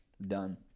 Done